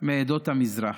מעדות המזרח,